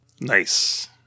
Nice